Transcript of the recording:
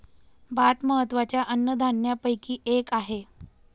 भात महत्त्वाच्या अन्नधान्यापैकी एक आहे